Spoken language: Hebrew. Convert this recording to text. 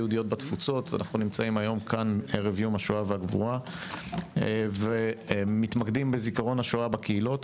נמצאים היום כאן ערב יום השואה והגבורה ומתמקדים בזיכרון השואה בקהילות.